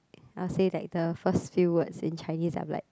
I'll say like the first few words in Chinese I'm like